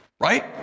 right